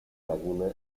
laguna